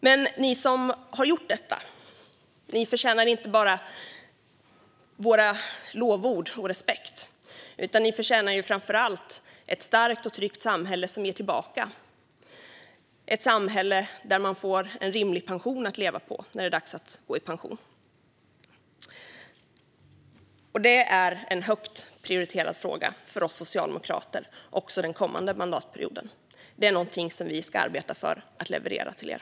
Men ni som har gjort detta förtjänar inte bara våra lovord och vår respekt: Ni förtjänar framför allt ett starkt och tryggt samhälle som ger tillbaka, ett samhälle där man får en rimlig pension att leva på när det är dags att gå i pension. Detta är en högt prioriterad fråga för oss socialdemokrater också den kommande mandatperioden. Det är någonting som vi ska arbeta för att leverera till er.